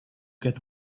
get